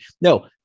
No